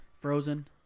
Frozen